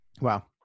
Wow